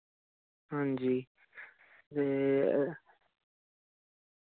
हां जी ए